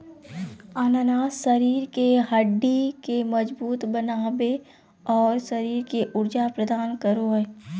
अनानास शरीर के हड्डि के मजबूत बनाबे, और शरीर के ऊर्जा प्रदान करो हइ